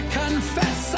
confess